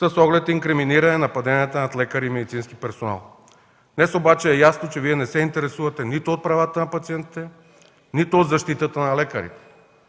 с оглед инкриминиране нападенията над лекари и медицински персонал. Днес обаче е ясно, че Вие не се интересувате нито от правата на пациентите, нито от защитата на лекарите.